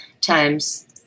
times